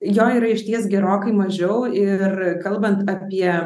jo yra išties gerokai mažiau ir kalbant apie